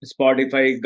Spotify